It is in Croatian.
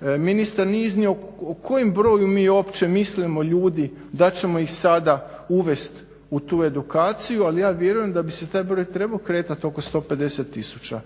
Ministar nije iznio o kojem broju uopće mi mislimo ljudi da ćemo ih sada uvest u tu edukaciju ali ja vjerujem da bi se taj broj trebao kretati oko 150 tisuća.